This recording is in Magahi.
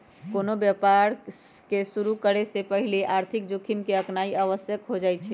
कोनो व्यवसाय के शुरु करे से पहिले आर्थिक जोखिम के आकनाइ आवश्यक हो जाइ छइ